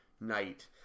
night